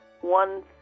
one